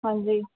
ਹਾਂਜੀ